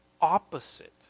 opposite